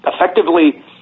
effectively